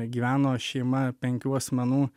gyveno šeima penkių asmenų